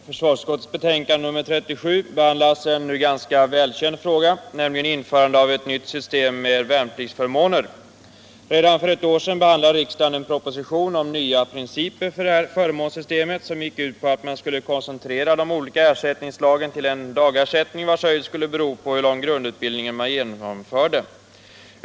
måner. Redan för ett år sedan behandlade riksdagen en proposition om nya principer för ett förmånssystem, som gick ut på att man skulle koncentrera de olika ersättningsslagen till en dagersättning, vars höjd skulle bero på hur lång grundutbildning man genomförde.